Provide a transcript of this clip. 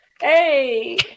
Hey